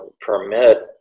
permit